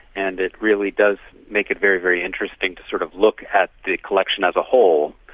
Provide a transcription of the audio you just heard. and it really does make it very, very interesting to sort of look at the collection as a whole.